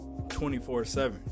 24-7